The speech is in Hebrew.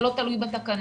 זה לא תלוי בתקנות.